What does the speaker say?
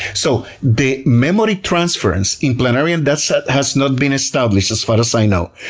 so, the memory transference in planarian deaths ah has not been established as far as i know,